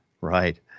right